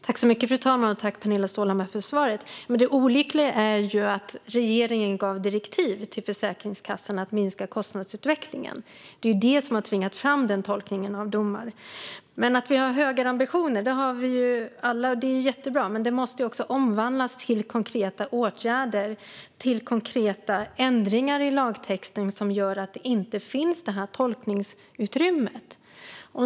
Fru talman! Tack, Pernilla Stålhammar, för svaret! Det olyckliga är ju att regeringen gav direktiv till Försäkringskassan att minska kostnadsutvecklingen. Det är ju det som har tvingat fram denna tolkning av domar. Höga ambitioner har vi alla, och det är jättebra. Men det måste också omvandlas till konkreta åtgärder, till konkreta ändringar i lagtexten som gör att det här tolkningsutrymmet inte finns.